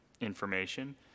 information